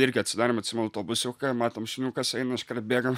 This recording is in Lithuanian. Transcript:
irgi atsidarėm atismenu autobusiuką matom šuniukas eina iškart bėgam